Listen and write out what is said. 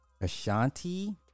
Ashanti